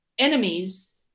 enemies